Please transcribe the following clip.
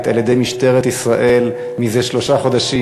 על-ידי משטרת ישראל זה שלושה חודשים,